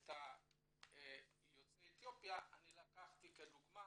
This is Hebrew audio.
את יוצאי אתיופיה ולכן לקחתי אותם כדוגמה